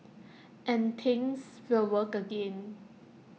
and things will work again